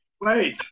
Wait